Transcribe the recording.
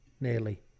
nearly